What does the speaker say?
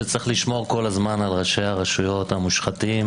שצריך לשמור כל הזמן על ראשי הרשויות המושחתים